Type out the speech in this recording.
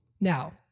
Now